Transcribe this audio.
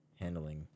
handling